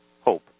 hope